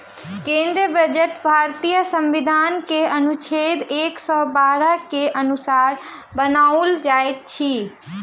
केंद्रीय बजट भारतीय संविधान के अनुच्छेद एक सौ बारह के अनुसार बनाओल जाइत अछि